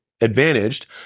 advantaged